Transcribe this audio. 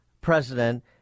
president